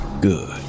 Good